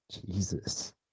Jesus